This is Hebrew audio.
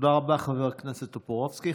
תודה רבה, חבר הכנסת טופורובסקי.